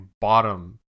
bottom